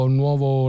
nuovo